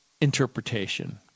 interpretation